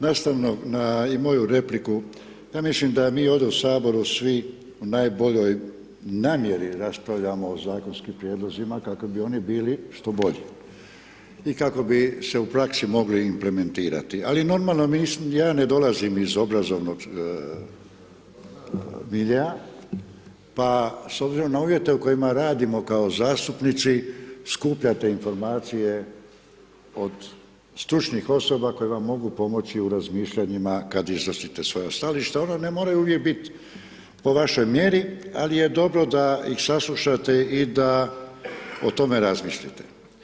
Nastavno na i moju repliku, ja mislim da mi ovdje u Saboru svi u najboljoj namjeri raspravljamo o zakonskim prijedlozima kako bi oni bili što bolji i kako bi se u praksi mogli implementirati ali normalno, ja ne dolazim iz obrazovnog miljea pa s obzirom na uvjete u kojima radimo kao zastupnici, skupljate informacije od stručnih osoba koje vam mogu pomoći u razmišljanjima kad iznosite svoja stajališta, ona ne moraju uvijek biti po vašoj mjeri ali je dobro da ih saslušate i da o tome razmislite.